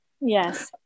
Yes